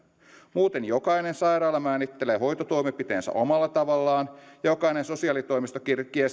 muuten jokainen sairaala määrittelee hoitotoimenpiteensä omalla tavallaan ja jokainen sosiaalitoimisto